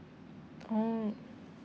oh